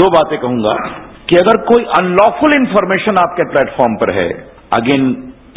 दो बातें कहूंगा कि अगर कोई अनलॉइली इनफोरमेशन आपके प्लेटफॉर्म पर है अगेन